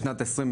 בשנת 2020,